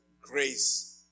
grace